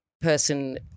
person